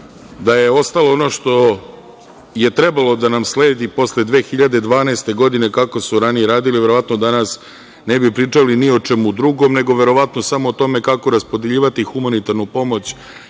da je ostalo ono što je trebalo da nam sledi posle 2012. godine kako su ranije radili verovatno danas ne bi pričali ni o čemu drugom nego verovatno samo o tome kako raspodeljivati humanitarnu pomoć